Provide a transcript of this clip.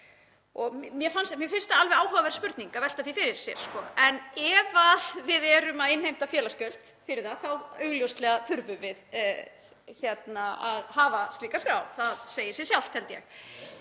Mér finnst það alveg áhugaverð spurning að velta fyrir sér en ef við erum að innheimta félagsgjöld fyrir þau þá augljóslega þurfum við að hafa slíka skrá, það held ég